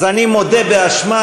אז אני מודה באשמה,